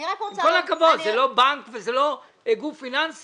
עם כל הכבוד, זה לא בנק וזה לא גוף פיננסי.